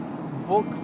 book